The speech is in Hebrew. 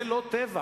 זה לא טבח.